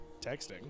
Texting